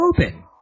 open